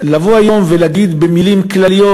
לבוא היום ולהגיד במילים כלליות,